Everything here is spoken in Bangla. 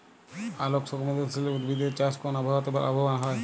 আলোক সংবেদশীল উদ্ভিদ এর চাষ কোন আবহাওয়াতে লাভবান হয়?